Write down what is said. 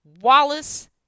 Wallace